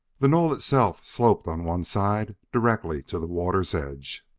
the knoll itself sloped on one side directly to the water's edge